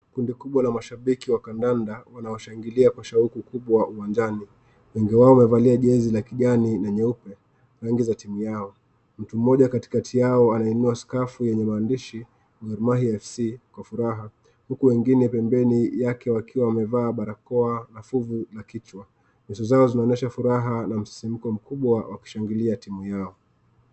Kundi kubwa la mashabiki wa kandanda. Wengi wao wamevalia jersey ya kijani na nyeupe wakishangilia timu yao. Mtu mmoja katikati yao anainua skafu yenye maandishi Gor Mahia Fc kwa furaha huku wengine pembeni yake wakiwa wamevaa barakoa na fungu la kichwa. Nyuso zao zinaonyesha furaha na msisimko mkubwa wakishangilia timu yao.